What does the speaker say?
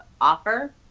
offer